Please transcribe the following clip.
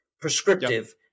prescriptive